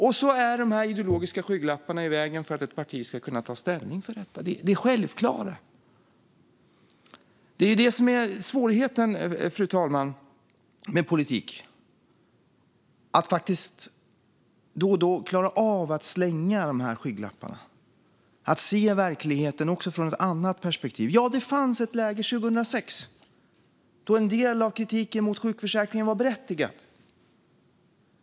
Och så är dessa ideologiska skygglappar i vägen för att ett parti ska kunna ta ställning till detta - det självklara. Fru talman! Svårigheten med politik är att faktiskt då och då klara av att slänga dessa skygglappar och att se verkligheten också från ett annat perspektiv. Ja, det fanns ett läge 2006 då en del av kritiken mot sjukförsäkringen var berättigad.